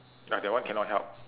ya that one cannot help